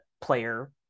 player